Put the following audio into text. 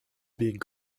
being